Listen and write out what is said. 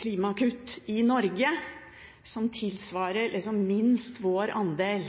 klimakutt i Norge som tilsvarer minst vår andel.